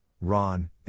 Ron